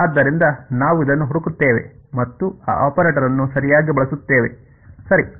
ಆದ್ದರಿಂದನಾವು ಇದನ್ನು ಹುಡುಕುತ್ತೇವೆ ಮತ್ತು ಅ ಆಪರೇಟರನ್ನು ಸರಿಯಾಗಿ ಬಳಸುತ್ತೇವೆ ಸರಿ